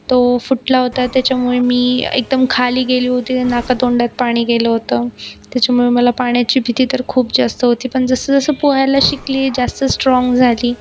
तो फुटला होता त्याच्यामुळे मी एकदम खाली गेली होती नाकातोंडात पाणी गेलं होतं त्याच्यामुळं मला पाण्याची भीती तर खूप जास्त होती पण जसंजसं पोहायला शिकली जास्त स्ट्राँग झाली